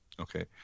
Okay